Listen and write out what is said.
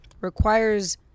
requires